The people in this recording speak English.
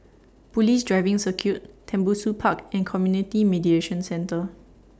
Police Driving Circuit Tembusu Park and Community Mediation Centre